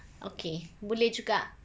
okay boleh juga